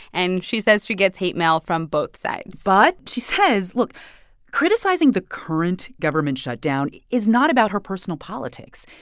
and she says she gets hate mail from both sides but she says, look criticizing the current government shutdown is not about her personal politics.